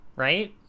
right